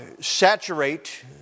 saturate